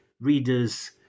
readers